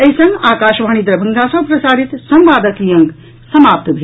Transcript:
एहि संग आकाशवाणी दरभंगा सँ प्रसारित संवादक ई अंक समाप्त भेल